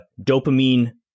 dopamine